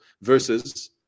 versus